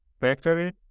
factory